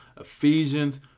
Ephesians